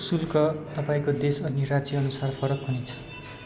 शुल्क तपाईँँको देश अनि राज्य अनुसार फरक हुने छ